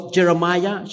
Jeremiah